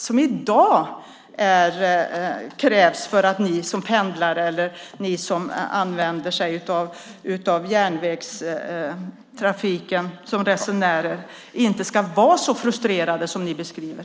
Det krävs i dag för att ni som pendlare och järnvägsresenärer inte ska behöva vara så frustrerade som ni beskriver.